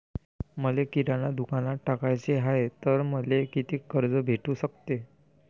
मले किराणा दुकानात टाकाचे हाय तर मले कितीक कर्ज भेटू सकते?